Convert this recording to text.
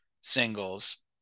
singles